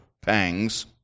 pangs